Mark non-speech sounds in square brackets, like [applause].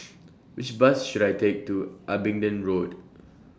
[noise] Which Bus should I Take to Abingdon Road